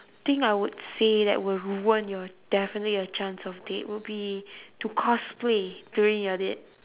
thing I would say that will ruin your definitely a chance of date would be to cosplay during your date